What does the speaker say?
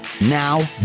Now